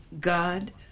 God